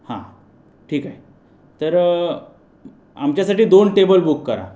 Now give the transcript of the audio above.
हा ठीक आहे तर आमच्यासाठी दोन टेबल बुक करा